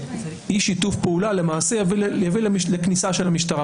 שאי שיתוף פעולה למעשה יביא לכניסה של המשטרה,